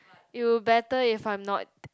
it would better if I'm not